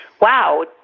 wow